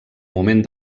moment